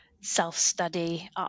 self-study